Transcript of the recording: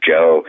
Joe